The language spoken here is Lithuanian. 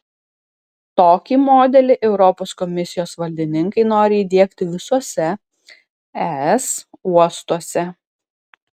tokį modelį europos komisijos valdininkai nori įdiegti visuose es uostuose